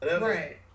Right